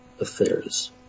affairs